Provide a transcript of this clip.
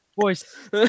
voice